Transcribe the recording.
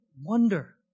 wonder